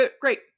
great